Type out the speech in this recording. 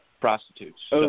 prostitutes